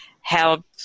help